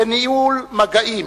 ומגעים,